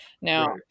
now